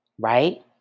Right